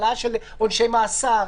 העלאה של עונשי מאסר,